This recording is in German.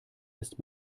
ist